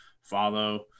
follow